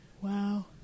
Wow